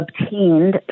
obtained